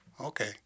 okay